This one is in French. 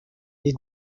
des